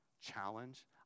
challenge